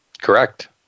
Correct